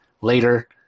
later